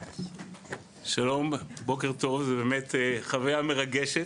שלום, בוקר טוב, ובאמת חוויה מרגשת.